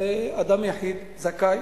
שאדם יחיד, זכאי,